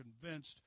convinced